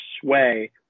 sway